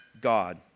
God